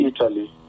Italy